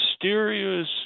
mysterious